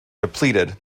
depleted